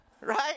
Right